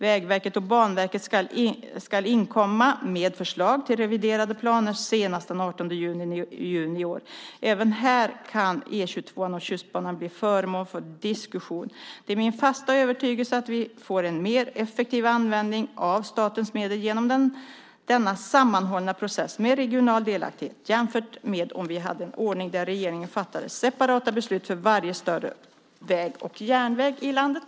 Vägverket och Banverket ska inkomma med förslag till reviderade planer senast den 18 juni i år. Även här kan E 22:an och Tjustbanan bli föremål för diskussion. Det är min fasta övertygelse att vi får en mer effektiv användning av statens medel genom denna sammanhållna process med regional delaktighet, jämfört med om vi hade en ordning där regeringen fattade separata beslut för varje större väg och järnväg i landet.